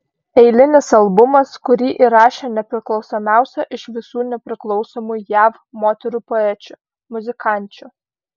eilinis albumas kurį įrašė nepriklausomiausia iš visų nepriklausomų jav moterų poečių muzikančių